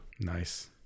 Nice